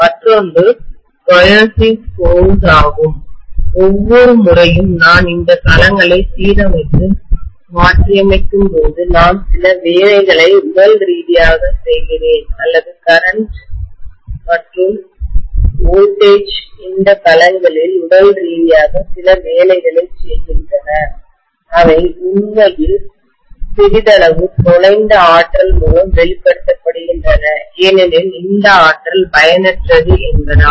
மற்றொன்று கட்டாய சக்திகொயர்சிவ் ஃபோர்ஸ் ஆகும் ஒவ்வொரு முறையும் நான் இந்த களங்களை சீரமைத்து மாற்றியமைக்கும்போது நான் சில வேலைகளை உடல் ரீதியாக செய்கிறேன் அல்லது கரண்ட் மற்றும் மின்னழுத்தம் வோல்டேஜ் இந்த களங்களில் உடல் ரீதியாக சில வேலைகளைச் செய்கின்றன அவை உண்மையில் சிறிதளவு தொலைந்த ஆற்றல் மூலம் வெளிப்படுத்தப்படுகின்றன ஏனெனில் இந்த ஆற்றல் பயனற்றது என்பதால்